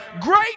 Great